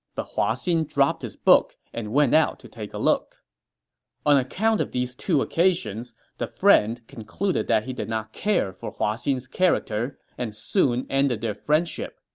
but hua xin dropped his book and went out to take a look on account of these two occasions, the friend concluded that he did not care for hua xin's character and soon ended their friendship.